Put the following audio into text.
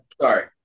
Sorry